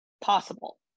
Possible